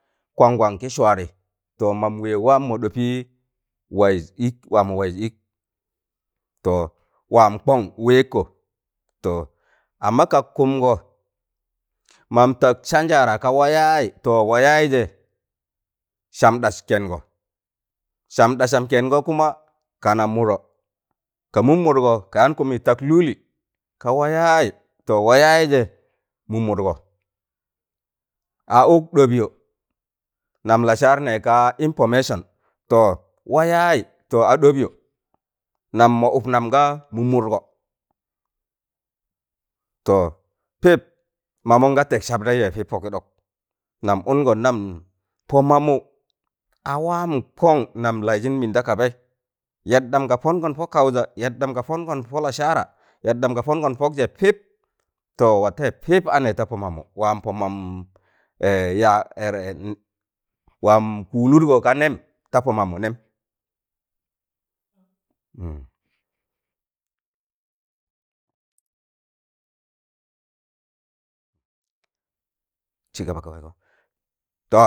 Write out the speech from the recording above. Kongon kị swaadị to mamu wẹz waa mmọ ɗọpị waịz ịk waamọ wẹịz ịk to waam kong wẹkkọ to amma kag kụmgọ mam tag sanjara ka wayayị to wayayị je sam ɗas kẹngọ sam ɗasam kengo kuma kana mụdọ ka muu mụdgọ ka yaan kumi tak lụụlị ka wayaayị to wayaayịjẹ mụ mụdgọ a ụk ɗobyoọ nam lasaar nẹẹg kaa information to wayay to a ɗọbyọ nam mọ up namm gaa mụ mụdgọ to pịp mamụn ga tẹk sabtẹịjẹ pọkị ɗọk nam ụngọn nam po mamụ a waam kong nam laijịn mịn da kabaị yaɗɗam ka pọngọn pọ kaụjẹ yaɗɗam ka pọngọ pọ lasara yaɗɗam ka pọngọn pọgjẹ pịp to watẹị pịp anẹ ta pọ mamụ waam pọ mam ya waam kụụlụdgọ ga nẹm ta pọ mamụ nẹm